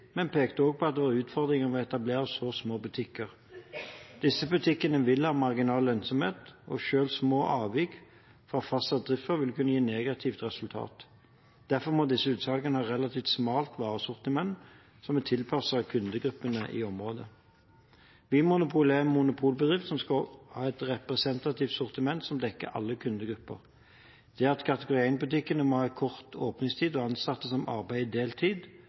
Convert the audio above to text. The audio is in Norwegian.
men pekte også på at det var utfordringer ved å etablere så små butikker. Disse butikkene vil ha marginal lønnsomhet, og selv små avvik fra fastsatt driftsform vil kunne gi negativt resultat. Derfor må disse utsalgene ha et relativt smalt varesortiment som er tilpasset kundegruppene i området. Vinmonopolet er en monopolbedrift som skal ha et representativt sortiment som dekker alle kundegrupper. Det at kategori 1-butikkene må ha korte åpningstider og ansatte som arbeider deltid,